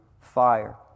fire